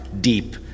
deep